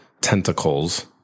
tentacles